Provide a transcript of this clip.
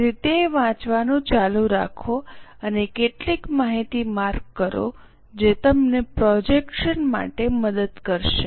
તેથી તે વાંચવાનું ચાલુ રાખો અને કેટલીક માહિતી માર્ક કરો જે અમને પ્રોજેક્શન માટે મદદ કરશે